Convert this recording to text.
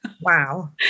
Wow